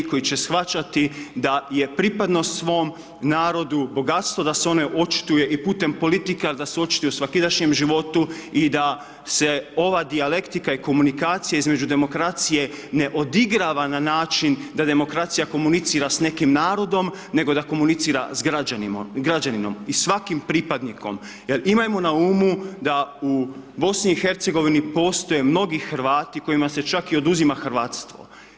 Koji će shvaćati da je pripadnost svom narodu bogatstvo, da se ono očituje i putem politika da se očituje u svakidašnjem životu, i da se ova dijalektika i komunikacija između demokracije ne odigrava na način da demokracija komunicira s nekim narodom nego da komunicira s građaninom i svakim pripadnikom jer imajmo na umu da u BIH postoje mnogi Hrvati kojima se čak i oduzima hrvatstvo.